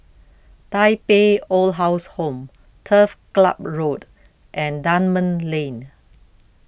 Tai Pei Old People's Home Turf Ciub Road and Dunman Lane